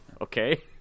okay